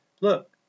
Look